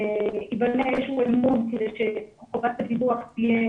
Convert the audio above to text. ייבנה איזשהו אמון כדי שחובת הדיווח תהיה